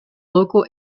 local